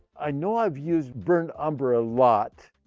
i know i've used burnt umber a lot.